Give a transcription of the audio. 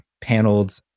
paneled